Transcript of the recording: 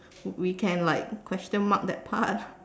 we can like question mark that part